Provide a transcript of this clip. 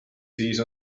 siis